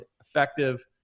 effective